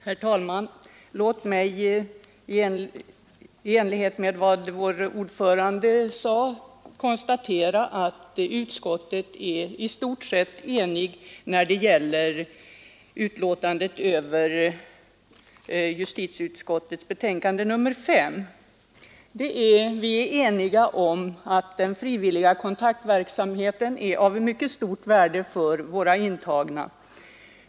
Herr talman! Låt mig i enlighet med vad vår ordförande sagt konstatera att justitieutskottet står i stort sett enigt bakom sitt betänkande nr 5. Vi är eniga om att den frivilliga kontaktverksamheten är av mycket stort värde för de intagna.